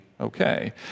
okay